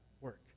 work